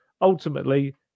Ultimately